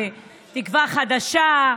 בתקווה חדשה,